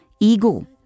ego